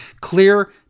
Clear